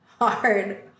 hard